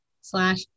slash